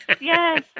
yes